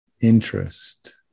interest